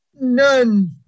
none